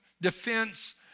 defense